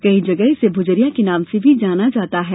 कई जगह इसे भुजरिया के नाम से भी जाना जाता है